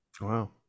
Wow